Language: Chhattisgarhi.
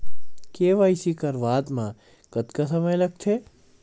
के.वाई.सी करवात म कतका समय लगथे?